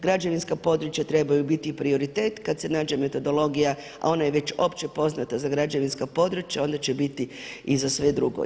Građevinska područja trebaju biti prioritet kad se nađe metodologija, a ona je već općepoznata za građevinska područja, onda će biti i za sve drugo.